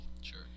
Sure